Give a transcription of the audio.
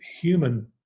human